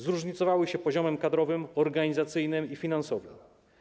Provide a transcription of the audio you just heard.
Zróżnicowały się poziomem kadrowym, organizacyjnym i finansowym.